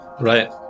Right